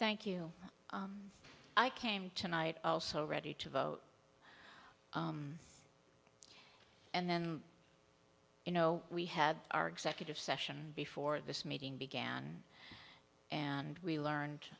thank you i came tonight also ready to vote and then you know we had our executive session before this meeting began and we learned